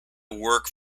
work